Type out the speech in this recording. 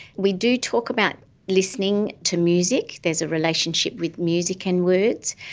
we do talk about listening to music. there is a relationship with music and words,